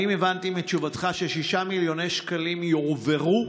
האם הבנתי מתשובתך ש-6 מיליוני שקלים יועברו?